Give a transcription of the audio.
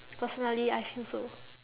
personally I feel so